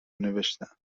نوشتهام